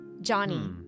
Johnny